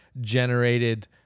Generated